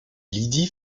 lydie